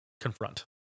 confront